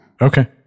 Okay